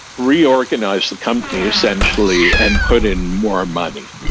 reorganize the company essentially and put in more money.